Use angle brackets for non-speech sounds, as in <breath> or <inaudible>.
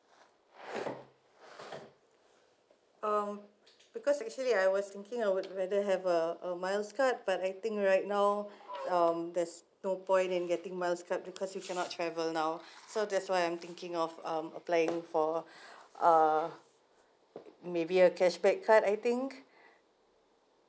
um because actually I was thinking I would rather have a a miles card but I think right now <breath> um there's no point in getting miles card because you cannot travel now <breath> so that's why I'm thinking of um applying for <breath> uh maybe a cashback card I think <breath>